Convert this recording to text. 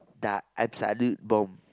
bomb